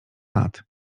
lat